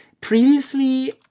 previously